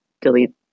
delete